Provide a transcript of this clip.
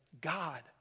God